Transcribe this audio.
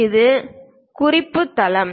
இது குறிப்புத் தளம்